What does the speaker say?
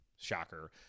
shocker